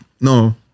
No